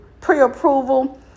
pre-approval